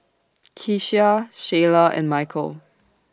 Keshia Shiela and Mykel